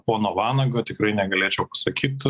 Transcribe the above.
pono vanago tikrai negalėčiau pasakyt